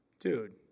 Dude